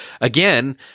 again